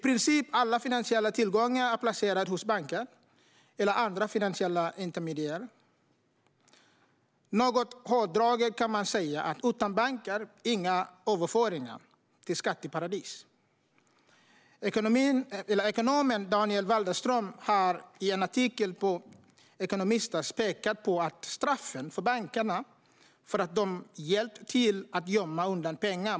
I princip alla finansiella tillgångar är placerade hos banker eller andra finansiella intermediärer. Något hårdraget kan man säga att utan banker blir det inga överföringar till skatteparadis. Ekonomen Daniel Waldenström har i en artikel på ekonomistas.se pekat på att straffen måste vara hårda för bankerna när det gäller att hjälpa till att gömma undan pengar.